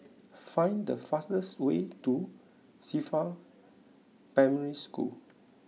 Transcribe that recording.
find the fastest way to Qifa Primary School